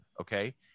okay